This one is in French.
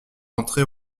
entrer